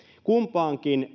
kumpaankin